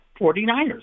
49ers